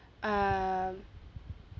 um